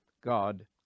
God